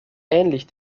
ähnlich